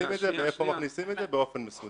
מכניסים את זה ואיפה מכניסים את זה באופן מסודר.